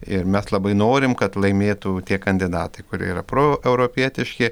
ir mes labai norim kad laimėtų tie kandidatai kurie yra proeuropietiški